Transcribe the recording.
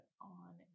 on